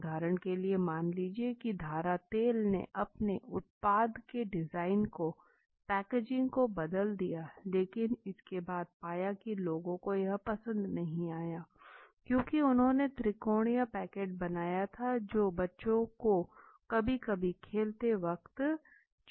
उदाहरण के लिए मान लीजिये की धारा तेल ने अपने उत्पाद के डिजाइन को पैकेजिंग को बदल दिया लेकिन इसके बाद पाया की लोगों को यह पसंद नहीं आया क्योंकि उन्होंने त्रिकोणीय पैकेट बनाया था जो बच्चों को कभी कभी खेलते वक़्त चोट पहुंचाता था